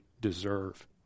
deserve